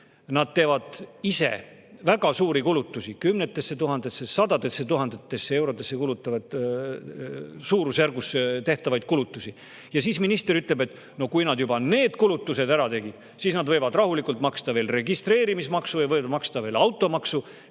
neid, teevad ise väga suuri kulutusi, suurusjärgus kümnetesse tuhandetesse, sadadesse tuhandetesse eurodesse ulatuvaid kulutusi. Siis minister ütleb, et no kui nad juba need kulutused ära on teinud, siis nad võivad rahulikult maksta veel registreerimismaksu ja võivad maksta veel automaksu.